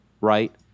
right